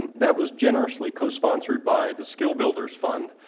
and that was generously co-sponsored by the skill-builders fund,